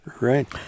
Right